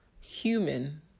human